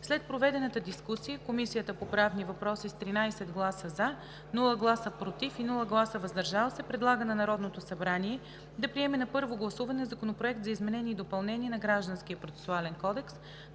След проведената дискусия, Комисията по правни въпроси с 13 гласа „за“, без „против“ и „въздържал се“, предлага на Народното събрание да приеме на първо гласуване Законопроект за изменение и допълнение на Гражданския процесуален кодекс,